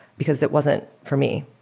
because it wasn't for me.